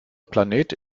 planet